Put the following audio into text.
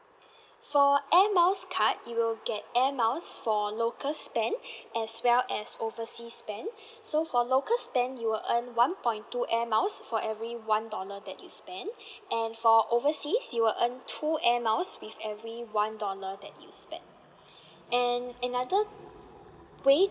for air miles card you will get air miles for local spend as well as oversea spend so for local spend you will earn one point two air miles for every one dollar that you spend and for oversea you will earn two air miles with every one dollar that you spend and another way